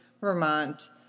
Vermont